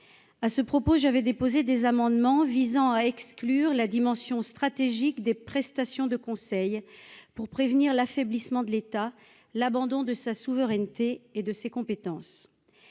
à ce propos, j'avais déposé des amendements visant à exclure la dimension stratégique des prestations de conseil pour prévenir l'affaiblissement de l'État, l'abandon de sa souveraineté et de ses compétences,